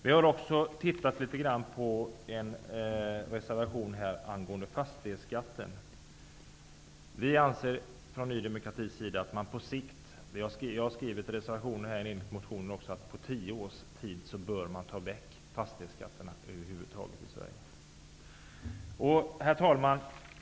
Vi har också tittat litet grand på frågan om fastighetsskatten och avgett en reservation. Jag har i reservationen och även i motionen skrivit att vi från Ny demokrati anser att fastighetsskatter över huvud taget bör tas bort på tio års sikt i Sverige. Herr talman!